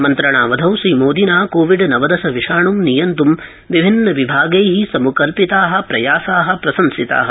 मन्त्रणावधौ श्रीमोदिना कोविड नवदश विषाणूं नियन्त् विभिन्न विभागै सम्पकल्पिता प्रयासा प्रशंसिता